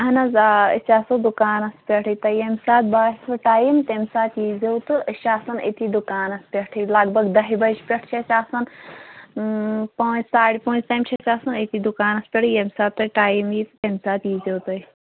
اَہَن حظ آ أسۍ آسو دُکانَس پٮ۪ٹھٕے تۄہہِ ییٚمہِ ساتہٕ باسٮ۪و ٹایم تمہِ ساتہٕ ییٖزیٚو تہٕ أسۍ چھِ آسان أتی دُکانَس پٮ۪ٹھٕے لگ بگ دَہہِ بَجہِ پٮ۪ٹھٕ چھِ أسۍ آسان پٲنٛژھ ساڑِ پٲنٛژِ تام چھِ أسۍ آسان أتی دُکانَس پٮ۪ٹھٕے ییٚمہِ ساتہٕ تۄہہِ ٹایم یی تہٕ تمہِ ساتہٕ ییٖزیٚو تُہۍ